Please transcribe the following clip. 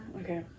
Okay